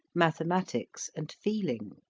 mathematics, and feeling.